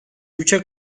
üçe